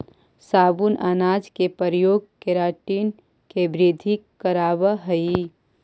साबुत अनाज के प्रयोग केराटिन के वृद्धि करवावऽ हई